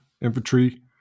infantry